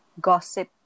Gossip